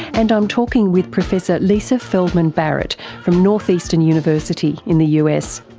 and i'm talking with professor lisa feldman barrett from north eastern university in the us.